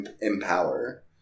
Empower